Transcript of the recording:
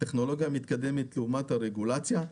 טכנולוגיה מתקדמת לעומת הרגולציה,